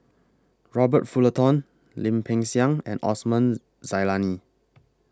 Robert Fullerton Lim Peng Siang and Osman Zailani